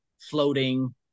floating